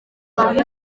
bantu